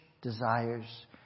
desires